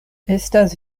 estas